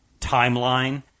timeline